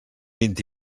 vint